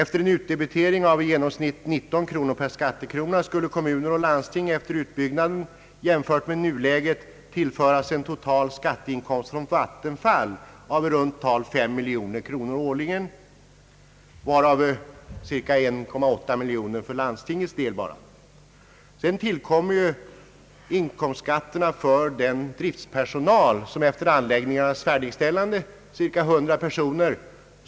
Med en utdebitering av i genomsnitt 19 kronor per skattekrona skulle kommuner och landsting efter utbyggnaden jämfört med nuläget få en total skatteinkomst från Vattenfall av i runt tal 5 miljoner kronor per år, varav cirka 1,8 miljon kronor enbart för landstingets del. Därutöver tillkommer inkomstskatterna för den driftspersonal som behövs efter anläggningens färdigställande, cirka 100 personer.